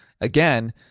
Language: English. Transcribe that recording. Again